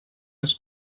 his